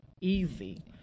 easy